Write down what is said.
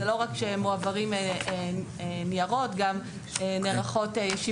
זה לא רק שמועברים ניירות אלא גם נערכות ישיבות